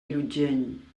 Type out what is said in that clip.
llutxent